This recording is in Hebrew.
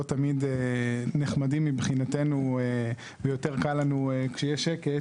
תמיד נחמדים מבחינתנו ויותר קל לנו כשיש שקט,